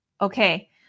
Okay